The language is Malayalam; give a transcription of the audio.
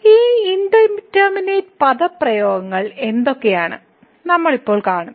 ഈ ഇൻഡിറ്റർമിനേറ്റ് പദപ്രയോഗങ്ങൾ എന്തൊക്കെയാണ് നമ്മൾ ഇപ്പോൾ കാണും